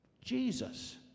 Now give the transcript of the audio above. Jesus